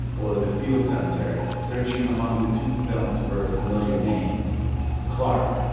or the field cemetery, searching among the tombstones for a familiar name clark,